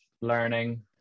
learning